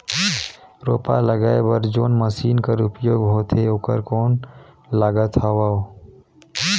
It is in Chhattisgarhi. रोपा लगाय बर जोन मशीन कर उपयोग होथे ओकर कौन लागत हवय?